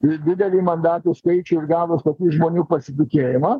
ir didelį mandatų skaičių ir gavus tokį žmonių pasitikėjimą